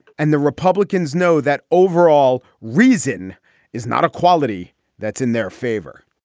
and the republicans know that overall reason is not a quality that's in their favor